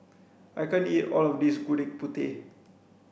I can't eat all of this gudeg putih